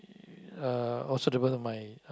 uh also develop my